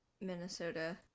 Minnesota